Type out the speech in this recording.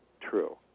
true